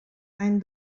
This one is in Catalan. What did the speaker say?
any